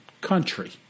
country